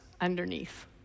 underneath